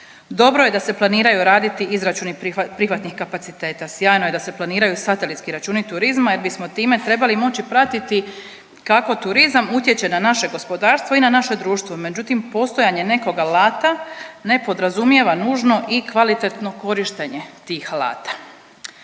Dobro je da se planiraju raditi izračuni prihvatnih kapaciteta, sjajno je da se planiraju satelitski računi turizma jer bismo time trebali moći pratiti kako turizam utječe na naše gospodarstvo i na naše društvo, međutim postojanje nekog alata ne podrazumijeva nužno i kvalitetno korištenje tih alata.